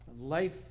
life